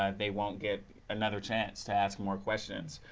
um they will not get another chance to ask more questions.